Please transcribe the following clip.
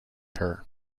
her